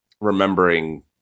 remembering